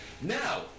Now